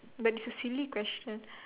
but it's a silly question